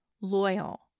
loyal